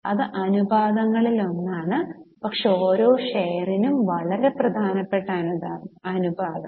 ഇത് അനുപാതങ്ങളിലൊന്നാണ് പക്ഷേ ഓരോ ഷെയറിനും വളരെ പ്രധാനപ്പെട്ട അനുപാതം